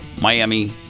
Miami